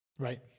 right